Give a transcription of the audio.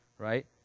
Right